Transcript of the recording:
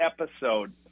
episode